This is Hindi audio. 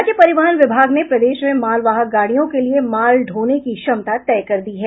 राज्य परिवहन विभाग ने प्रदेश में मालवाहक गाड़ियों के लिए माल ढोने की क्षमता तय कर दी है